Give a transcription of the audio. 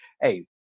hey